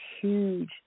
huge